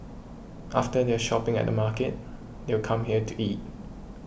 after their shopping at the market they would come here to eat